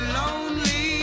lonely